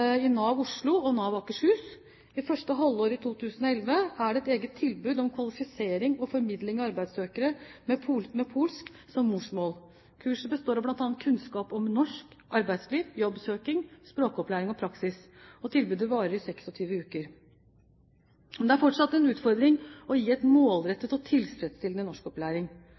i NAV Oslo og NAV Akershus. I første halvår i 2011 er det et eget tilbud om kvalifisering og formidling av arbeidssøkere med polsk som morsmål. Kurset består av bl.a. kunnskap om norsk arbeidsliv, jobbsøking, språkopplæring og praksis. Tilbudet varer i opptil 26 uker. Det er fortsatt en utfordring å gi en målrettet og tilfredsstillende norskopplæring.